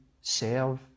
serve